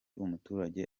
umuturage